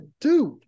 dude